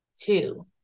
two